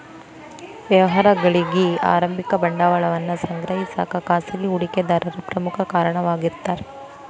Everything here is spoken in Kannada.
ವ್ಯವಹಾರಗಳಿಗಿ ಆರಂಭಿಕ ಬಂಡವಾಳವನ್ನ ಸಂಗ್ರಹಿಸಕ ಖಾಸಗಿ ಹೂಡಿಕೆದಾರರು ಪ್ರಮುಖ ಕಾರಣವಾಗಿರ್ತಾರ